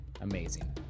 Amazing